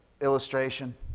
illustration